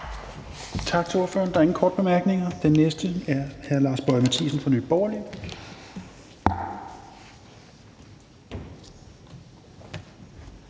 Tak til ordføreren. Der er ingen korte bemærkninger. Den næste er hr. Lars Boje Mathiesen fra Nye Borgerlige.